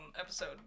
Episode